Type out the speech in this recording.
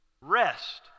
Rest